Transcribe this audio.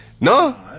No